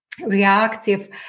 reactive